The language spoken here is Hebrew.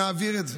שנעביר את זה.